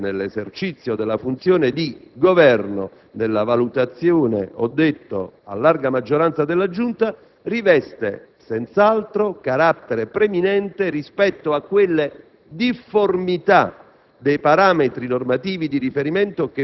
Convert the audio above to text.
ma che il perseguimento di tale interesse nell'esercizio della funzione di governo, nella valutazione, come ho detto, a larga maggioranza della Giunta, riveste senz'altro carattere preminente rispetto a quelle difformità